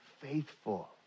faithful